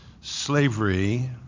slavery